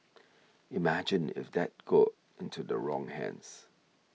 imagine if that got into the wrong hands